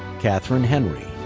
kathryn henry.